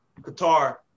Qatar